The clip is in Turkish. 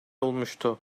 olmuştu